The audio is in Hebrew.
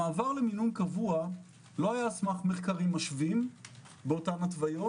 המעבר למינון קבוע לא היה על סמך מחקרים משווים באותן התוויות